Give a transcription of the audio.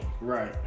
Right